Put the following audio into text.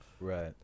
right